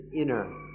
inner